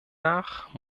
nach